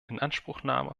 inanspruchnahme